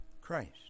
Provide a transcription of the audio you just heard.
Christ